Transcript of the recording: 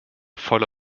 volle